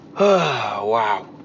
Wow